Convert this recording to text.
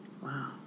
Wow